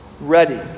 Ready